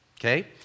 okay